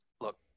look